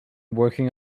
working